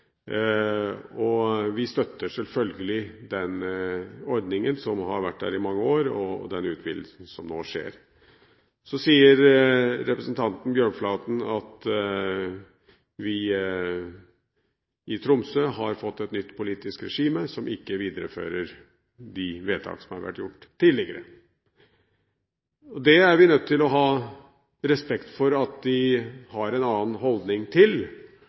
støtter vi selvfølgelig ordningen som har vært der i mange år, og utvidelsen som nå skjer. Representanten Bjørnflaten sier at vi i Tromsø har fått et nytt politisk regime, som ikke viderefører de vedtak som er gjort tidligere. Det er vi nødt til å ha respekt for at de har en annen holdning til,